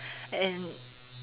and